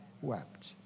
wept